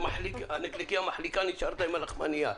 הנקניקייה מחליקה ונשארת עם הלחמנייה.